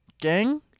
gang